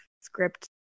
script